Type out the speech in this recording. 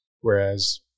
Whereas